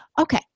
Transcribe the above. Okay